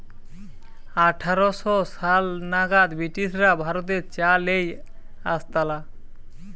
আঠার শ সাল নাগাদ ব্রিটিশরা ভারতে চা লেই আসতালা